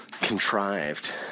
contrived